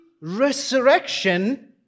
resurrection